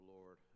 Lord